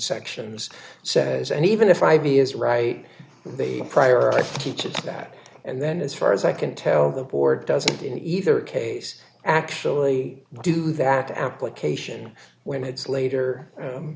sections says and even if i be is right the prior teaches that and then as far as i can tell the board doesn't in either case actually do that application when it's later